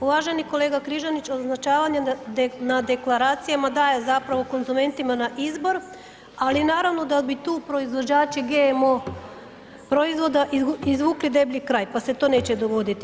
Uvaženi kolega Križanić, označavanje na deklaracijama daje zapravo konzumentima na izbor, ali naravno da bi tu proizvođači GMO proizvoda izvukli deblji kraj pa se to neće dogoditi.